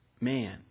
man